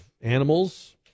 animals